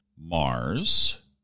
Mars